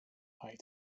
high